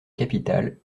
capitale